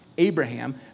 Abraham